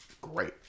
great